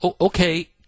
Okay